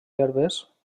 herbes